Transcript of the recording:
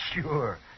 Sure